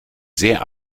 sehr